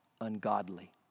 ungodly